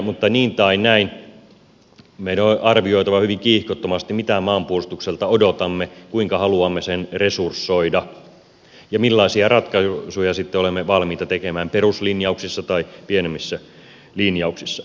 mutta niin tai näin meidän on arvioitava hyvin kiihkottomasti mitä maanpuolustukselta odotamme kuinka haluamme sen resursoida ja millaisia ratkaisuja sitten olemme valmiita tekemään peruslinjauksissa tai pienemmissä linjauksissa